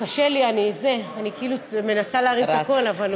קשה לי, אני כאילו מנסה להרים את הקול.